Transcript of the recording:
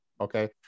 Okay